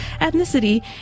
ethnicity